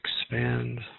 expand